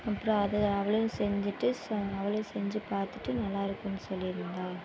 அப்றம் அதை அவளையும் செஞ்சுட்டு சொன்னா அவளும் செஞ்சு பார்த்துட்டு நல்லா இருக்குதுன்னு சொல்லியிருந்தாங்க